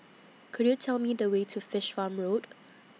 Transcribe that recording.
Could YOU Tell Me The Way to Fish Farm Road